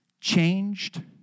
changed